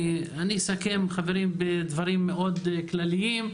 אני אסכם בדברים מאוד כלליים,